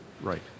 right